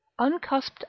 uncusped